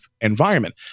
environment